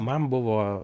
man buvo